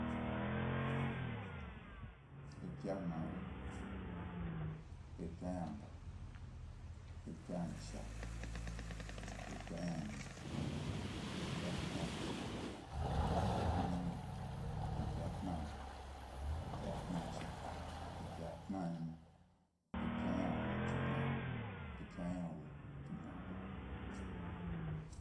Epya gbmari, epya ynaba, epya yna cha, eppya yna nyi, epya yna tnu, epya tnawuwin, epya tna’ba, epya tnacha, epya tnanyi, epya ynawo, epya ynawo tugbmari, epya ynawo tugnaba